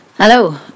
Hello